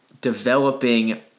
developing